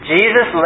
Jesus